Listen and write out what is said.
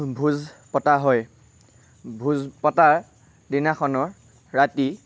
ভোজ পতা হয় ভোজ পতা দিনাখনৰ ৰাতি